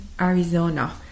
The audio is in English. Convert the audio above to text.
Arizona